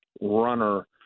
runner